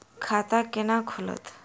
खाता केना खुलत?